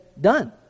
done